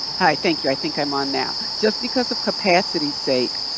hi, thank you, i think i'm on now. just because of capacity sake,